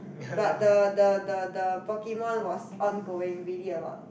but the the the the Pokemon was ongoing really a lot